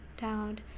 down